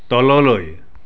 তললৈ